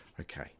Okay